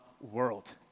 world